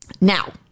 Now